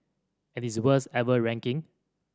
and its worst ever ranking